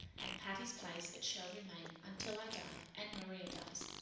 and patty's place it shall remain until i die and maria dies.